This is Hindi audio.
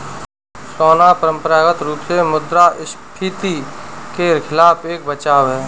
सोना परंपरागत रूप से मुद्रास्फीति के खिलाफ एक बचाव है